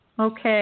Okay